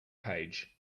page